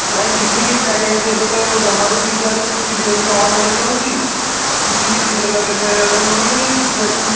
ନାଇଁ ଟି ଭି କାଇଁ ଏଠି ଏବେ ତ ଜମାରୁ ଟି ଭି ଆସୁନି ଟି ଭି ହେମିତି ଅନ୍ ହୋଇକି ରହୁଛି କିଛି ବି ସିରିଏଲ୍ ଦେଖିବାକୁ ମିଳୁନି କିଛି ଆସୁନି